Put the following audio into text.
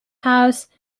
house